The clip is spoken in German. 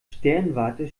sternwarte